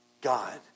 God